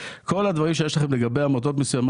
שכל השאלות שיש לכם לגבי עמותות מסוימות,